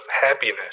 happiness